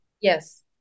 Yes